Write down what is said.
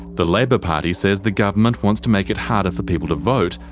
the labor party says the government wants to make it harder for people to vote,